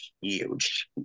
huge